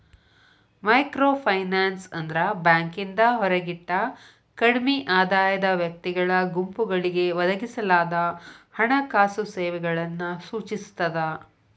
microfinance ಅಂದ್ರ ಬ್ಯಾಂಕಿಂದ ಹೊರಗಿಟ್ಟ ಕಡ್ಮಿ ಆದಾಯದ ವ್ಯಕ್ತಿಗಳ ಗುಂಪುಗಳಿಗೆ ಒದಗಿಸಲಾದ ಹಣಕಾಸು ಸೇವೆಗಳನ್ನ ಸೂಚಿಸ್ತದ